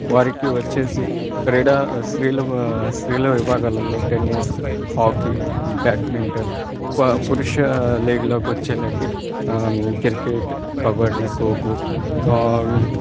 వారికి వచ్చి క్రీడా స్త్రీల స్త్రీల విభాగాలలో టెన్నీస్ హాకీ బ్యాడ్మింటన్ ప పురుష లీగ్లోకి వచ్చి క్రికెట్ కబడ్డీ ఖోఖో